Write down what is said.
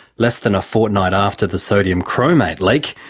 less than a fortnight after the sodium chromate like